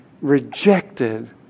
Rejected